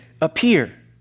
appear